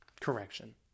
correction